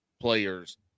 players